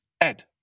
Ed